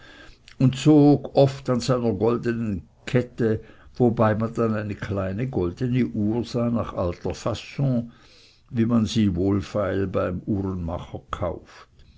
und zog oft an seiner goldenen kette wobei man dann eine kleine goldene uhr sah nach alter faon wie man sie wohlfeil beim uhrenmacher kauft